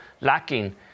lacking